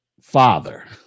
father